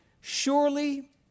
Surely